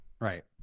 Right